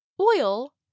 oil